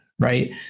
right